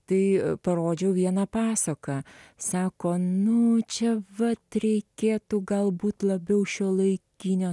tai parodžiau vieną pasaką sako nu čia vat reikėtų galbūt labiau šiuolaikinio